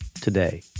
today